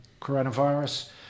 coronavirus